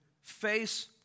face